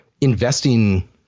investing